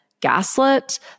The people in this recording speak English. gaslit